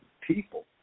people